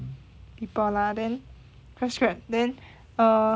people lah then fresh grad then err